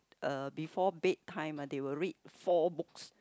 uh before bedtime ah they will read four books